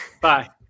Bye